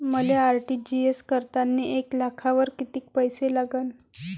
मले आर.टी.जी.एस करतांनी एक लाखावर कितीक पैसे लागन?